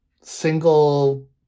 single